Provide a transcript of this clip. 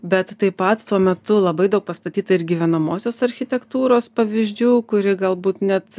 bet taip pat tuo metu labai daug pastatyta ir gyvenamosios architektūros pavyzdžių kuri galbūt net